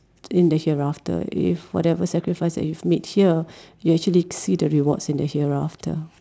in the hereafter if whatever sacrifice that you've made here you actually see the rewards in the hereafter